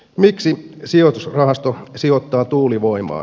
miksi sijoitusrahasto sijoittaa tuulivoimaan